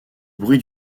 bruit